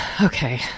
Okay